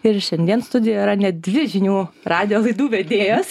ir šiandien studijoj yra net dvi žinių radijo laidų vedėjos